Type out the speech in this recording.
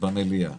במליאה.